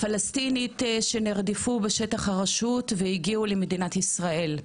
הפלסטינים שנרדפו בשטח הרשות והגיעו למדינת ישראל.